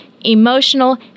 emotional